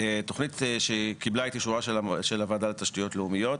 תוכנית שקיבלה את אישורה של הוועדה לתשתיות לאומיות,